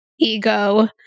ego